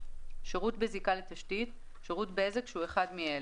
"שירות בזיקה לתשתית" שירות בזק שהוא אחד מאלה: